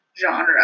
genre